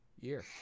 year